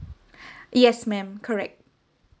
yes ma'am correct